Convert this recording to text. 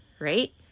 Right